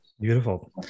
beautiful